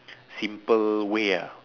simple way ah